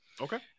Okay